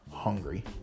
hungry